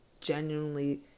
genuinely